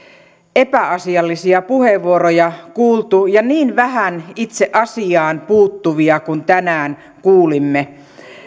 epäasiallisia puheenvuoroja kuultu ja niin vähän itse asiaan puuttuvia kuin tänään kuulimme